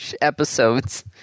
episodes